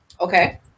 Okay